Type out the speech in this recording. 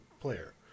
player